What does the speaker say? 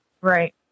Right